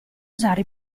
usare